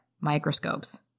microscopes